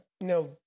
no